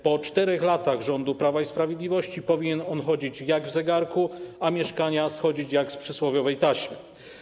Po 4 latach rządów Prawa i Sprawiedliwości powinien on chodzić, jak w zegarku, a mieszkania - schodzić jak z przysłowiowej taśmy.